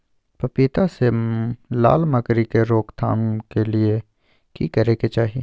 पपीता मे लाल मकरी के रोक थाम के लिये की करै के चाही?